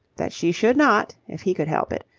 that she should not, if he could help it,